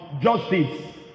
justice